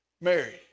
Mary